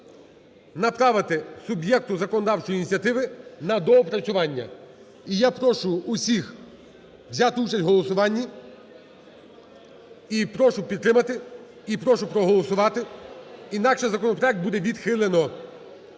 направити суб'єкту законодавчої ініціативи на доопрацювання. І я прошу всіх взяти участь у голосуванні. І прошу підтримати і прошу проголосувати, інакше законопроект буде відхилено.